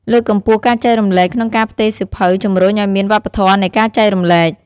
លើកកម្ពស់ការចែករំលែកក្នុងការផ្ទេរសៀវភៅជំរុញឱ្យមានវប្បធម៌នៃការចែករំលែក។